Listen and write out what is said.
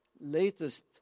latest